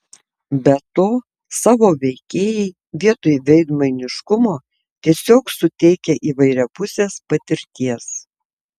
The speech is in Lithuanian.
be to savo veikėjai vietoj veidmainiškumo tiesiog suteikia įvairiapusės patirties